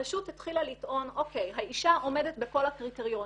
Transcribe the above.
הרשות התחילה לטעון "האשה עומדת בכל הקריטריונים,